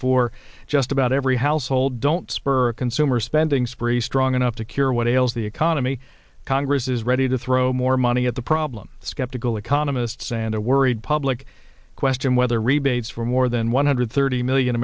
for just about every household don't spur consumer spending spree strong enough to cure what ails the economy congress is ready to throw more money at the problem skeptical economists and a worried public question whether rebates for more than one hundred thirty million